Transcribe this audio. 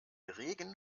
regen